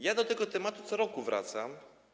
Ja do tego tematu co roku wracam.